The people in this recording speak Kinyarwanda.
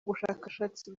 ubushakashatsi